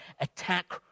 attack